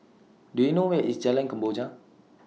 Do YOU know Where IS Jalan Kemboja